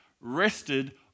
rested